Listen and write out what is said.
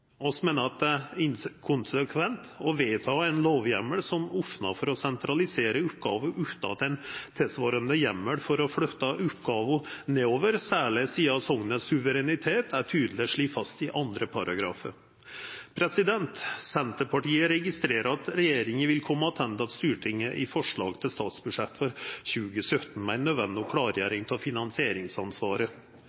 meiner at det er inkonsekvent å vedta ein lovheimel som opnar for å sentralisera oppgåver utan at det er ein tilsvarande heimel for å flytta oppgåver nedover, særleg sidan suvereniteten til soknet er tydeleg slått fast i andre paragrafar. Senterpartiet registrerer at regjeringa vil koma attende til Stortinget i forslaget til statsbudsjett for 2017 med ei nødvendig